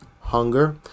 hunger